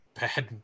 bad